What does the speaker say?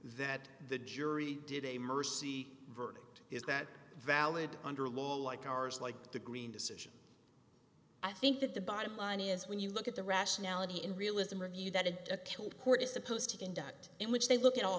that the jury did a mercy verdict is that valid under a law like ours like the green decision i think that the bottom line is when you look at the rationality and realism review that had a killed court is supposed to conduct in which they look at all